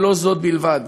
אבל לא זאת בלבד,